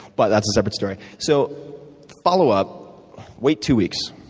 but that's a separate story. so follow-up wait two weeks,